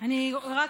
אני רק